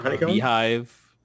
Beehive